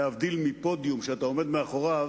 להבדיל מפודיום, שאתה עומד מאחוריו,